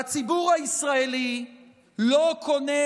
והציבור הישראלי לא קונה